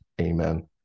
Amen